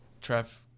Trev